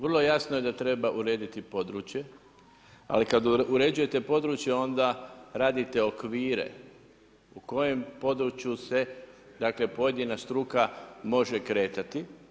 Vrlo jasno je da treba urediti područje, ali kada uređujete područje onda radite okvire u kojem području se, dakle pojedina struka može kretati.